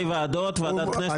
ברשויות ובתאגידים ציבוריים (תיקוני חקיקה),